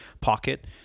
pocket